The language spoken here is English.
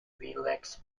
felix